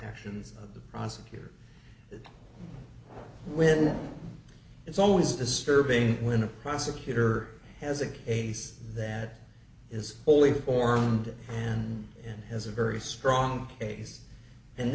actions of the prosecutor when it's always disturbing when a prosecutor has a case that is wholly formed and has a very strong case and